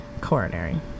coronary